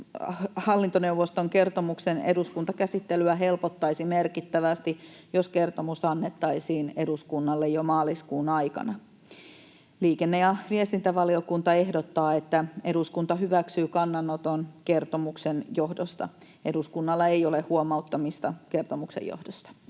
hallintoneuvoston kertomuksen eduskuntakäsittelyä helpottaisi merkittävästi, jos kertomus annettaisiin eduskunnalle jo maaliskuun aikana. Liikenne- ja viestintävaliokunta ehdottaa, että eduskunta hyväksyy kannanoton kertomuksen johdosta. Eduskunnalla ei ole huomauttamista kertomuksen johdosta.